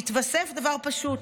יתווסף דבר פשוט: